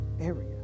area